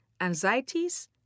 anxieties